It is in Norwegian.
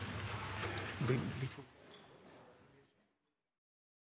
blir litt for